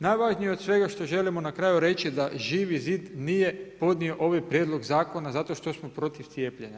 Najvažnije od svega što želimo na kraju reći da Živi zid nije podnio ovaj prijedlog zakona zato što smo protiv cijepljenja.